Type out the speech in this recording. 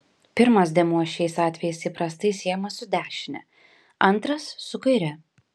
pirmas dėmuo šiais atvejais įprastai siejamas su dešine antras su kaire